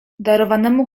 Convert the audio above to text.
darowanemu